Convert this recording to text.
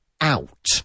out